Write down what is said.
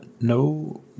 no